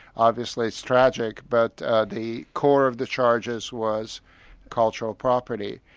obviously it's tragic, but the core of the charges was cultural property.